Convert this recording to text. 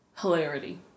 Hilarity